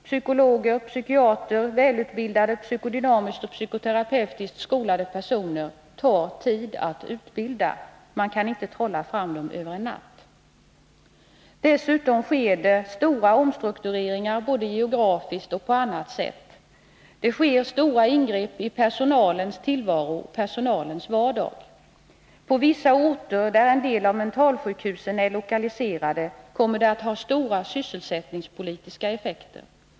Psykologer, psykiatrer och psykodynamiskt och psykoterapeutiskt skolade personer tar tid att utbilda. Man kan inte trolla fram dem över en natt. Dessutom sker det stora omstruktureringar, både geografiskt och på annat sätt. Det sker stora ingrepp i personalens tillvaro, i dess vardag. På vissa orter, där en del av mentalsjukhusen är lokaliserade, kommer omstruktureringen att få stora sysselsättningspolitiska effekter.